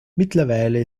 mittlerweile